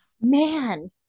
man